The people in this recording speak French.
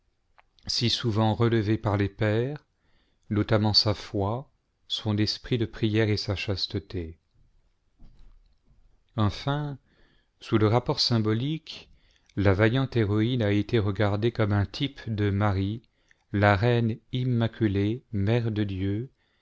si souvent relevées par les pères notamment sa foi son esprit de prière et sa chasteté enfin sous le rapport symbolique la vaillante héroïne a été regardée comme un type de marie la reine immaculée mère de dieu